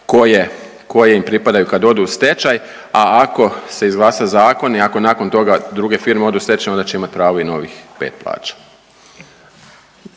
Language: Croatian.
koje im pripadaju kada odu stečaj, a ako se izglasa zakon i ako nakon toga druge firme odu u stečaj, onda će imati pravo i ovih 5 plaća.